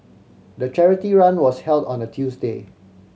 the charity run was held on a Tuesday